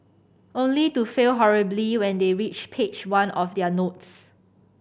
only to fail horribly when they reach page one of their notes